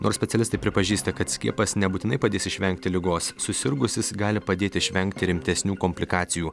nors specialistai pripažįsta kad skiepas nebūtinai padės išvengti ligos susirgus jis gali padėti išvengti rimtesnių komplikacijų